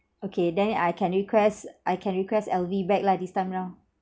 okay then I can request I can request L_V bag lah this time round